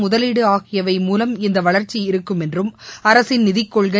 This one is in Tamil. முதலீடு ஆகியவை மூலம் இந்த வளர்ச்சி இருக்கும் என்றும் அரசின் நிதிக் கொள்கை